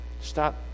Stop